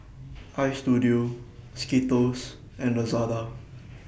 Istudio Skittles and Lazada